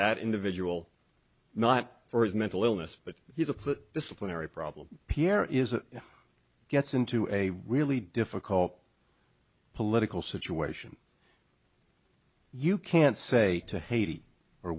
that individual not for his mental illness but he's a put disciplinary problem pierre is it gets into a really difficult political situation you can't say to haiti or